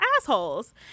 assholes